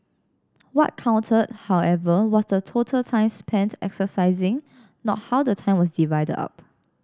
what counted however was the total time spent exercising not how the time was divided up